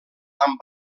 amb